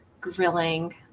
grilling